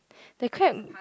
the crab